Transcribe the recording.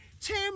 Tim